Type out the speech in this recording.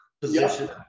position